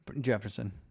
Jefferson